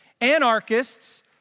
Anarchists